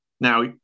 Now